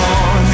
on